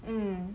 mm